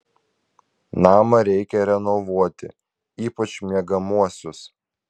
namą reikia renovuoti ypač miegamuosius